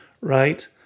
right